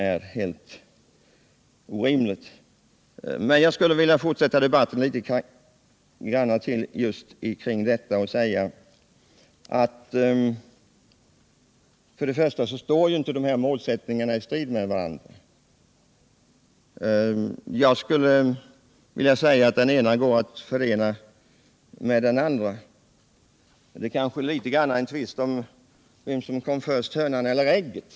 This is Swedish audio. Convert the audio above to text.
De här målsättningarna står rimligen inte i strid med varandra. Den ena går att förena med den andra. Det här liknar tvisten om vem som kom först — hönan eller ägget.